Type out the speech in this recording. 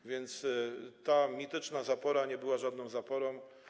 A więc ta mityczna zapora nie była żadną zaporą.